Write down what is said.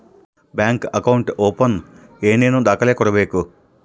Bank account open ಏನೇನು ದಾಖಲೆ ಕೊಡಬೇಕು?